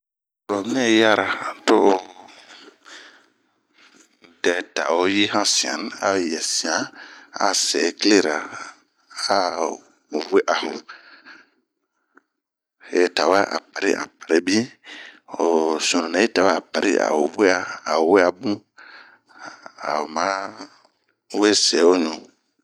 worobinɛ yiyara, to'o dɛ ta oyi han siane, a oyɛ sian a se kilera, a owea ho, hetawɛ apari a opari bin, ho sunu nɛyitawɛ a pari a owea bun, ao we se oɲu.